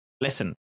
Listen